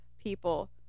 people